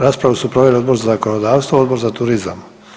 Raspravu su proveli Odbor za zakonodavstvo, Odbor za turizam.